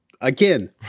Again